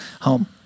home